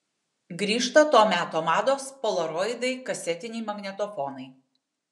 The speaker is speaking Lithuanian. grįžta to meto mados polaroidai kasetiniai magnetofonai